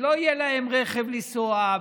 לא יהיה להם רכב לנסוע,